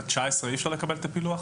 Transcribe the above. ב-19 אי אפשר לקבל את הפילוח?